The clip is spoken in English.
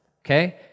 Okay